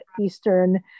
Eastern